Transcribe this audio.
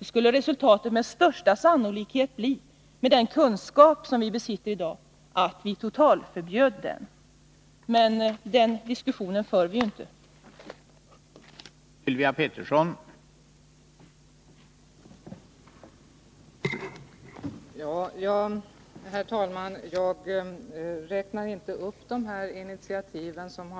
skulle resultatet med största sannolikhet bli att vi - med den kunskap som vi i dag besitter — totalförbjöd den. Men den diskussionen för vi ju inte nu.